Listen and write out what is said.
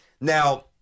Now